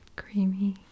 creamy